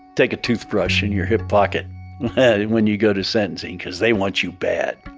take a toothbrush in your hip pocket when you go to sentencing because they want you bad.